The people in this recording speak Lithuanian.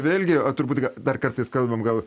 vėlgi turbūt dar kartais kalbam gal